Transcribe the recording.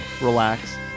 relax